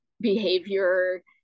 behavior